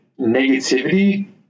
negativity